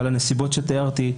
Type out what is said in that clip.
אבל הנסיבות שתיארתי,